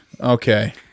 Okay